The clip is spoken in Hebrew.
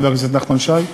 חבר הכנסת נחמן שי: